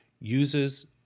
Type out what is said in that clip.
uses